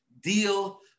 deal